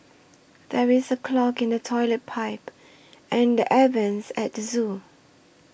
there is a clog in the Toilet Pipe and the Air Vents at the zoo